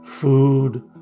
food